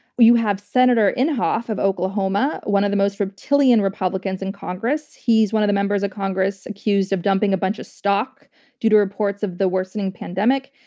you have senator inhofe of oklahoma, one of the reptilian republicans in congress. he's one of the members of congress accused of dumping a bunch of stock due to reports of the worsening pandemic.